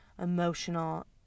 emotional